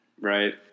Right